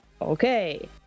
Okay